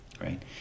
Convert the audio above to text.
right